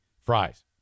fries